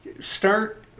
start